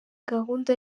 gahunda